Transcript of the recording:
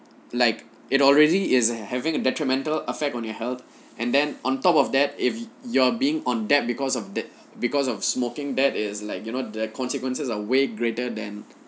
like it already is having a detrimental effect on your health and then on top of that if you're being on debt because of the because of smoking that is like you know the consequences are way greater than